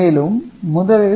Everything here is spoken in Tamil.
மேலும் முதலில